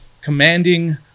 commanding